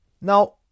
Now